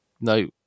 no